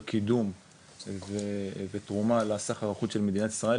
קידום ותרומה לסחר החוץ של מדינת ישראל,